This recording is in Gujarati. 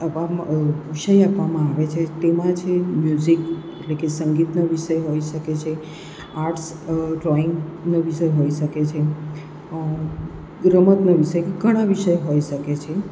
એમાં વિષય આપવામાં આવે છે તેમાં છે મ્યુઝિક એટલે કે સંગીતનો વિષય હોઈ શકે છે આર્ટસ ડ્રોઈંગનો વિષય હોય શકે છે રમતનો વિષય ઘણા વિષય હોઈ શકે છે